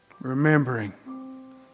remembering